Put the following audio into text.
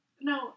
No